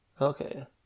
Okay